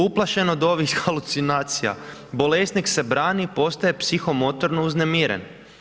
Uplašen od ovih halucinacija, bolesnik se brani i postaje psihomotorno uznemiren.